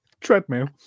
Treadmill